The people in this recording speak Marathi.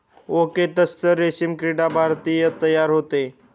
ओक तस्सर रेशीम किडा भारतातही तयार होतो